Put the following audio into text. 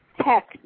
tech